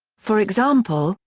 for example,